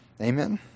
Amen